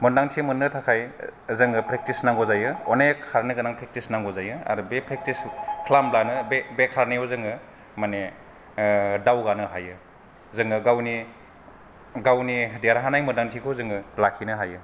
मोनदांथि मोननो थाखाय जोंनो प्रेकटिस नांगौ जायो अनेख खारनो गोनां प्रेकटिस नांगौ जायो आरो बे प्रेकटिस खालामबानो बे खारनायाव जोङो माने दावगानो हायो जोङो गावनि जेरहानाय मोनदांथिखौ जोङो लाखिनो हायो